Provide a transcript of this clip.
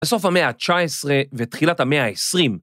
‫לסוף המאה ה-19 ותחילת המאה ה-20.